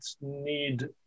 need